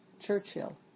Churchill